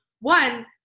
one